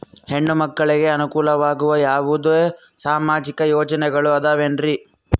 ಹೆಣ್ಣು ಮಕ್ಕಳಿಗೆ ಅನುಕೂಲವಾಗುವ ಯಾವುದೇ ಸಾಮಾಜಿಕ ಯೋಜನೆಗಳು ಅದವೇನ್ರಿ?